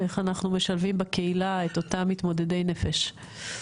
איך אנחנו משלבים בקהילה את אותם מתמודדי נפש?